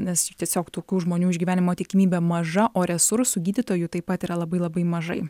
nes tiesiog tokių žmonių išgyvenimo tikimybė maža o resursų gydytojų taip pat yra labai labai mažai